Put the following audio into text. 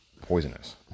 poisonous